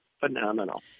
Phenomenal